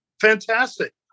Fantastic